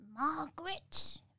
Margaret